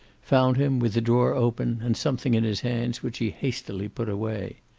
found him, with the drawer open, and something in his hands which he hastily put away.